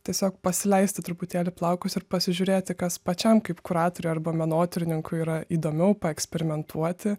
tiesiog pasileisti truputėlį plaukus ir pasižiūrėti kas pačiam kaip kuratoriui arba menotyrininkui yra įdomiau paeksperimentuoti